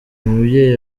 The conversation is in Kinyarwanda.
mubyeyi